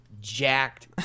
jacked